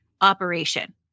operation